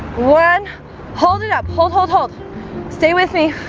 one hold it up hold hold hold stay with me